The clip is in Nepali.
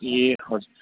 ए हजुर